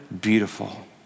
beautiful